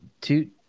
two